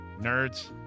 Nerds